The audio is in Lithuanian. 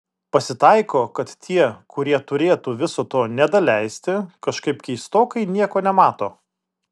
pasitaiko kad tie kurie turėtų viso to nedaleisti kažkaip keistokai nieko nemato